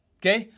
okay?